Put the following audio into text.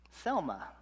Selma